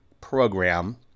program